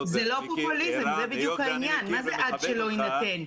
היות ואני מכיר ומכבד אותך,